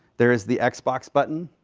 there is the xbox button,